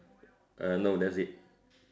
uh no that's it